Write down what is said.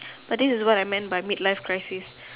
but this is what I meant by mid life crisis